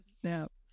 snaps